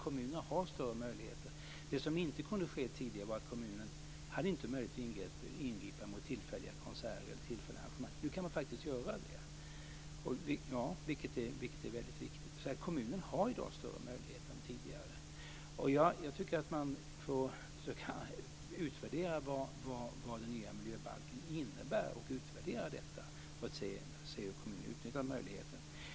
Kommunerna har större möjligheter när det gäller sådant som inte kunde ske tidigare. De hade inte möjlighet att ingripa vid tillfälliga konserter och tillfälliga arrangemang. Nu kan de faktiskt göra det. Jag tycker att man får försöka utvärdera vad den nya miljöbalken innebär för att se hur kommunerna utnyttjar möjligheterna.